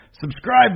subscribe